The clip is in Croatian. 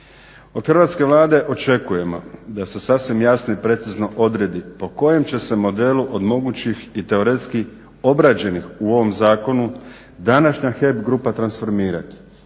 Od hrvatske Vlade očekujemo da se sasvim jasno i precizno odredi po kojem će se modelu od mogućih i teoretski obrađenih u ovom zakonu današnja HEP grupa transformirati,